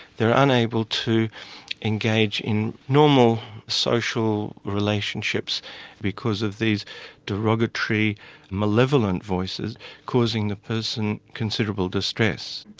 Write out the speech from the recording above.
they're unable to engage in normal social relationships because of these derogatory malevolent voices causing the person considerable distress.